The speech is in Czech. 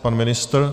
Pan ministr?